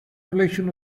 population